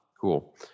Cool